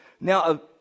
Now